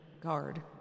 guard